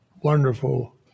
wonderful